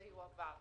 זה יועבר.